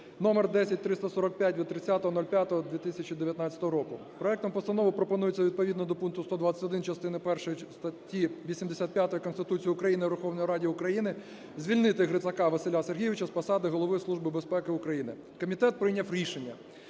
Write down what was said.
(№ 10345 від 30.05.2019 року). Проектом Постанови пропонується відповідно до пункту 121 частини першої статті 85 Конституції України Верховній Раді України звільнити Грицака Василя Сергійовича з посади Голови Служби безпеки України. Комітет прийняв рішення